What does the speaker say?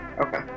Okay